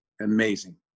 amazing